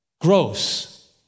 gross